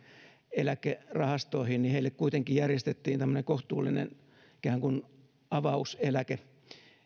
eläkerahastoihin kuitenkin järjestettiin tämmöinen kohtuullinen ikään kuin avauseläke